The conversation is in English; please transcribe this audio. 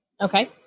Okay